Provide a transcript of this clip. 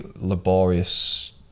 laborious